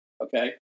okay